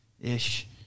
ish